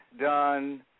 done